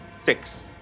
six